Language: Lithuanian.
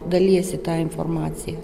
dalijasi ta informacija